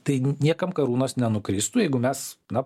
tai niekam karūnos nenukristų jeigu mes na